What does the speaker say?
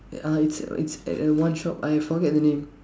that uh it's it's at a one shop I forget the name